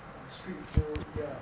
street food ya